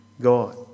God